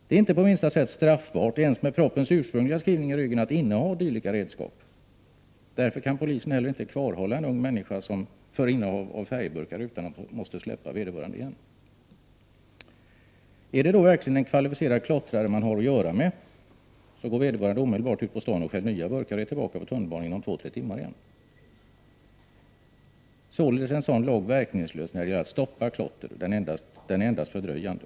Det är inte på minsta sätt straffbart — inte ens med propositionens ursprungliga skrivning i ryggen — att inneha dylika redskap. Därför kan polisen inte heller kvarhålla en ung människa för innehav av färgburkar, utan man måste släppa vederbörande igen. Är det då verkligen en kvalificerad klottrare man har att göra med, så går vederbörande omedelbart ut på stan och stjäl nya burkar och är tillbaka på tunnelbanan inom 2-3 timmar igen. Således är en sådan lag verkningslös när det gäller att stoppa klotter — den är endast fördröjande.